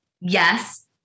Yes